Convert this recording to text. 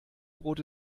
brot